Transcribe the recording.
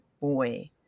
boy